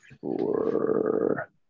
four